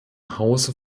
hause